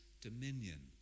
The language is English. dominion